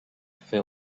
fer